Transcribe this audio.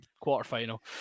quarter-final